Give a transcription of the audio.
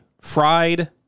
fried